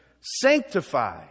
sanctify